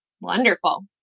Wonderful